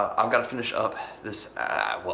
um i've gotta finish up this, well,